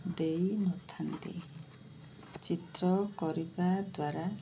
ଦେଇନଥାନ୍ତି ଚିତ୍ର କରିବା ଦ୍ୱାରା